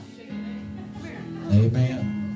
Amen